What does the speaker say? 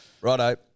Righto